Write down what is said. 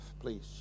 please